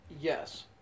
Yes